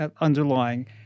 underlying